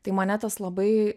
tai mane tas labai